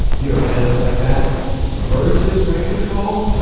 you know, tenants like that versus rent control,